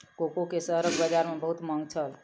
cocoa के शहरक बजार में बहुत मांग छल